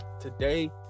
today